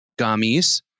gummies